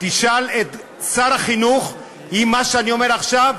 תשאל את שר החינוך אם מה שאני אומר עכשיו